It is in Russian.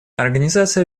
организация